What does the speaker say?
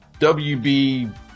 WB